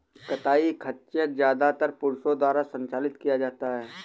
कताई खच्चर ज्यादातर पुरुषों द्वारा संचालित किया जाता था